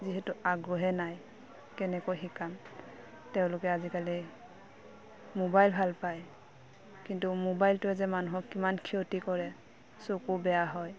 যিহেতু আগ্ৰহে নাই কেনেকৈ শিকাম তেওঁলোকে আজিকালি মোবাইল ভাল পায় কিন্তু মোবাইলটোৱে যে মানুহক কিমান ক্ষতি কৰে চকু বেয়া হয়